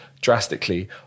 drastically